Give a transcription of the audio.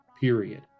Period